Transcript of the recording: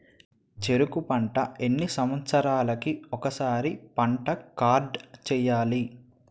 చెరుకు పంట ఎన్ని సంవత్సరాలకి ఒక్కసారి పంట కార్డ్ చెయ్యాలి?